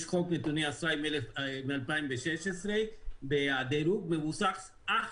יש חוק נתוני אשראי מ-2016 והדירוג מבוסס אך